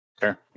Sure